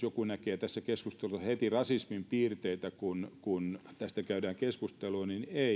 joku näkee tässä heti rasismin piirteitä kun kun tästä käydään keskustelua ei